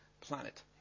Planet